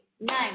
nine